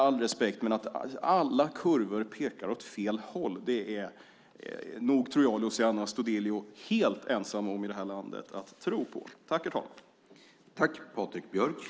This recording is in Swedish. Att alla kurvor pekar åt fel håll är nog Luciano Astudillo helt ensam om i det här landet att tro på.